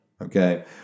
Okay